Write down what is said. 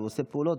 הוא עושה פעולות,